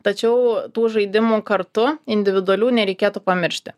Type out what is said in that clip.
tačiau tų žaidimų kartu individualių nereikėtų pamiršti